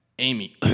Amy